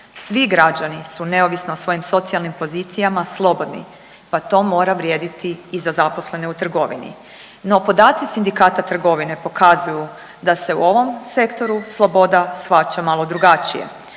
Svi građani su neovisno o svojim socijalnim pozicijama slobodni, pa to mora vrijediti i za zaposlene u trgovini. No podaci Sindikata trgovine pokazuju da se u ovom sektoru sloboda shvaća malo drugačije,